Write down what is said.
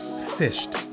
fished